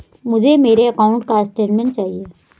मुझे मेरे अकाउंट का स्टेटमेंट चाहिए?